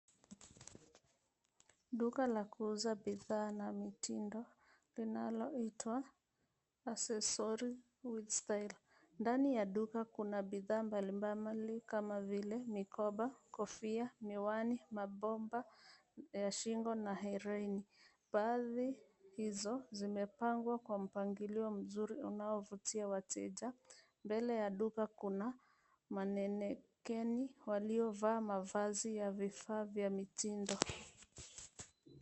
Duka la kuuza bidhaa na mitindo, linaloitwa accessory with style . Ndani ya duka kuna bidhaa mbalimbali kama vile mikoba, kofia, miwani, mabomba ya shingo na hereni . Baadhi izo zimepangwa kwa mpangilio mzuri unaovutia wateja. Mbele ya duka kuna manenekeni waliovaa mavazi ya vifaa vya mitindo.